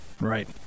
Right